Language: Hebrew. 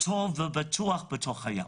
טוב ובטוח בתוך הים,